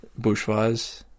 Bushfires